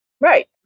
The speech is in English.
right